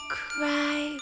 cry